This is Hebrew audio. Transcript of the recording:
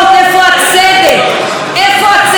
איפה הצדק?